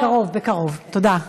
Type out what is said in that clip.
בקרוב, בקרוב, בקרוב.